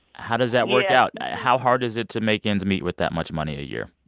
how does that work out? how hard is it to make ends meet with that much money a year?